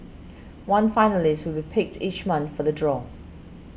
one finalist will picked each month for the draw